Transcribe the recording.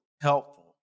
helpful